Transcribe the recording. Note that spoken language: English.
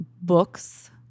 books